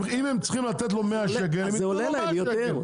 אם הם צריכים לתת לו 100 שקל הם יתנו לו 100 שקל.